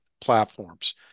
platforms